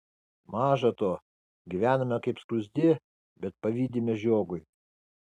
maža to gyvename kaip skruzdė bet pavydime žiogui